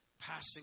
passing